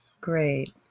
Great